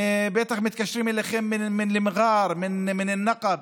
בטח מתקשרים אליכם מן אל-מג'אר, מן אל-נאב,